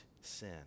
sin